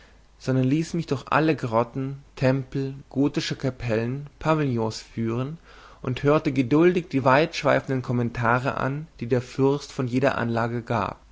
sondern ließ mich durch alle grotten tempel gotische kapellen pavillons führen und hörte geduldig die weitschweifigen kommentare an die der fürst von jeder anlage gab